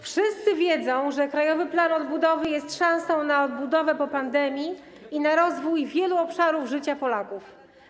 Wszyscy wiedzą, że krajowy plan odbudowy jest szansą na odbudowę po pandemii i na rozwój wielu obszarów życia Polaków.